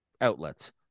outlets